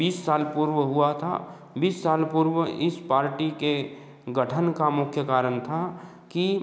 बीस साल पूर्व हुआ था बीस साल पूर्व इस के गठन का मुख्य कारण था कि